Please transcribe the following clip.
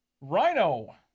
Rhino